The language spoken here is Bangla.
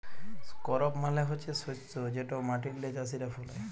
করপ মালে হছে শস্য যেট মাটিল্লে চাষীরা ফলায়